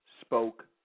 spoke